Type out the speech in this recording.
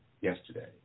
yesterday